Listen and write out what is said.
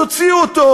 תוציאו אותו,